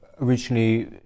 originally